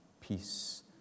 peace